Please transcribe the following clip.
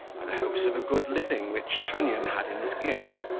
by the hopes of a good living which trunnion had in his gift,